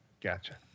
Gotcha